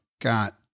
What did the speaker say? got